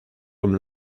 comme